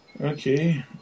Okay